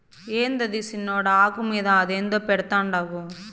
యాందది సిన్నోడా, ఆకు మీద అదేందో పెడ్తండావు